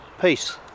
peace